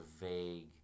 vague